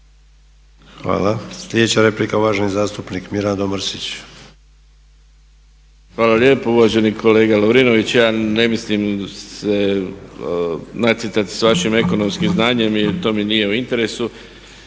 Hvala. Sljedeća replika, uvaženi zastupnik Mirando Mrsić. **Mrsić, Mirando (SDP)** Hvala lijepo. Uvaženi kolega Lovrinović ja ne mislim se natjecati s vašim ekonomskim znanjem i to mi nije u interesu